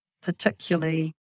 particularly